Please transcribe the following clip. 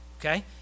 okay